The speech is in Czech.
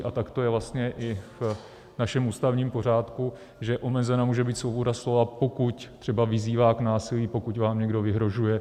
A tak to je vlastně i v našem ústavním pořádku, že omezena může být svoboda slova, pokud třeba vyzývá k násilí, pokud vám někdo vyhrožuje.